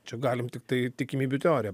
čia galim tiktai tikimybių teoriją